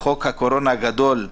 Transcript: חוק הקורונה הגדול,